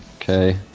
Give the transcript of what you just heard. Okay